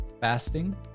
fasting